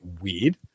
weird